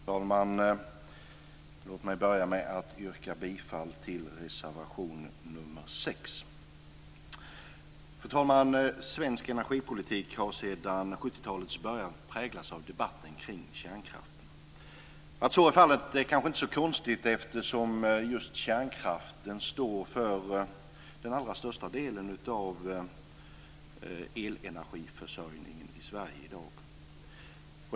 Fru talman! Låt mig börja med att yrka bifall till reservation nr 6. Fru talman! Svensk energipolitik har sedan 70 talets början präglats av debatten kring kärnkraften. Att så är fallet är kanske inte så konstigt eftersom just kärnkraften står för den allra största delen av elenergiförsörjningen i Sverige i dag.